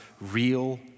real